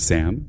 Sam